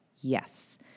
Yes